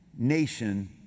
nation